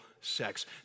sex